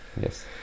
yes